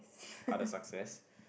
other success